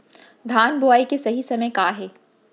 धान बोआई के सही समय का हे?